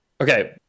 Okay